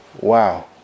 wow